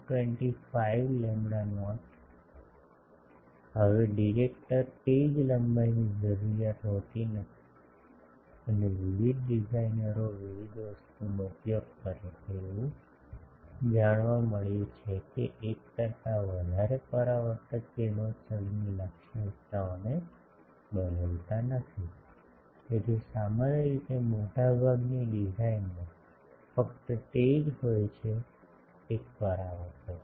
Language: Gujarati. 25 લેમ્બડા નોટ હવે ડિરેક્ટર તે જ લંબાઈની જરૂરિયાત હોતી નથી અને વિવિધ ડિઝાઇનરો વિવિધ વસ્તુનો ઉપયોગ કરે છે અને એવું જાણવા મળ્યું છે કે એક કરતા વધારે પરાવર્તક કિરણોત્સર્ગની લાક્ષણિકતાઓને બદલતા નથી તેથી સામાન્ય રીતે મોટાભાગની ડિઝાઇનમાં ફક્ત તે જ હોય છે એક પરાવર્તક